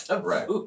right